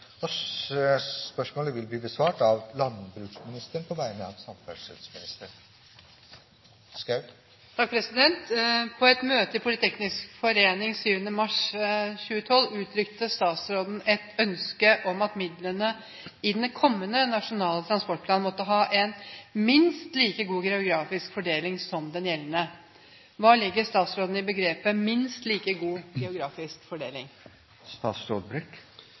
møte i Polyteknisk Forening 7. mars 2012 uttrykte statsråden et ønske om at midlene i den kommende Nasjonal transportplan måtte ha en «minst like god geografisk fordeling» som den gjeldende. Hva legger statsråden i begrepet «minst like god geografisk fordeling»?